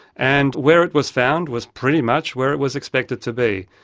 and where it was found was pretty much where it was expected to be.